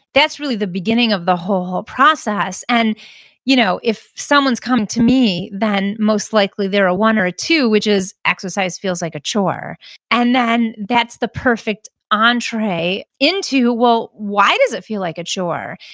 that's really the beginning of the whole whole process. and you know if someone's come to me, then most likely they're a one or a two, which is exercise feels like a chore and then, that's the perfect entree into, well, why does it feel like a chore?